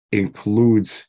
includes